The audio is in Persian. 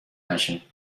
نشه